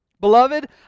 Beloved